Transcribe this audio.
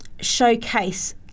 showcase